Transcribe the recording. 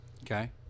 okay